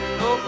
no